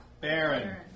Baron